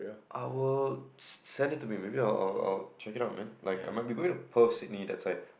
I will send it to me maybe I'll I'll check it out man like I might be going to Perth Sydney that's why